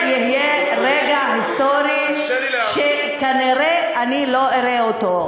זה יהיה רגע היסטורי שכנראה אני לא אראה אותו.